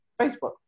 Facebook